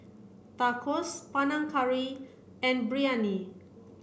Tacos Panang Curry and Biryani